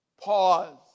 pause